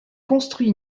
construit